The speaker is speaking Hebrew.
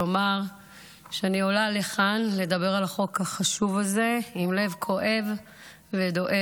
לומר שאני עולה לכאן לדבר על החוק החשוב הזה עם לב כואב ודואב.